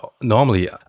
normally